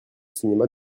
cinéma